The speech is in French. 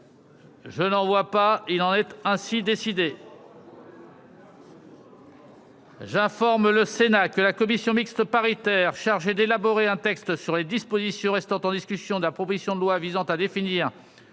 observations ?... Il en est ainsi décidé. J'informe le Sénat que la commission mixte paritaire chargée d'élaborer un texte sur les dispositions restant en discussion de la proposition de loi visant à définir